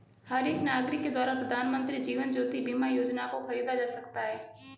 हर एक नागरिक के द्वारा प्रधानमन्त्री जीवन ज्योति बीमा योजना को खरीदा जा सकता है